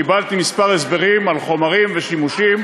קיבלתי כמה הסברים על חומרים ושימושים,